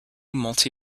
multi